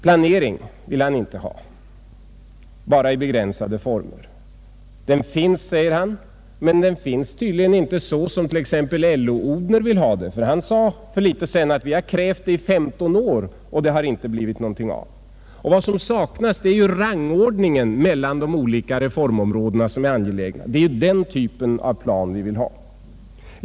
Planering vill han inte ha, bara i begränsad omfattning. Den finns, säger han, men den finns tydligen inte så som t.ex. LO-Odhner vill ha den. Denne sade för en tid sedan att vi har krävt planering i 15 år men att det inte blivit något av. Vad som saknas är en rangordning mellan de olika angelägna reformområdena. Det är den typen av plan vi vill ha.